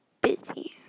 busy